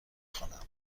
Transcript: خوانم